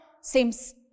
seems